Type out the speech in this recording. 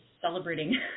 celebrating